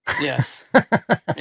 yes